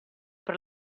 per